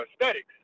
aesthetics